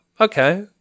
okay